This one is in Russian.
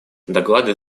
доклады